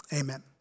Amen